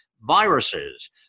viruses